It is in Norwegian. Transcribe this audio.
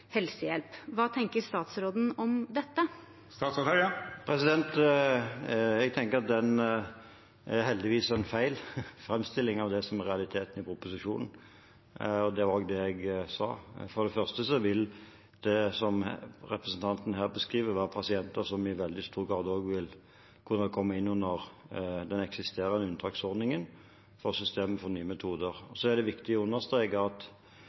helsehjelp. Hva tenker statsråden om dette? Jeg tenker at dette heldigvis er en feil framstilling av det som er realiteten i proposisjonen. Det var også det jeg sa. For det første vil det, som representanten her beskriver, være pasienter som i veldig stor grad også vil kunne komme inn under den eksisterende unntaksordningen for systemet for nye metoder. Så er det viktig å understreke at